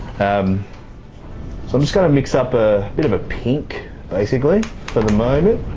um so i'm just going to mix up a bit of a pink basically for the moment.